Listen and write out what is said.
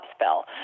spell